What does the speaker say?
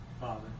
Father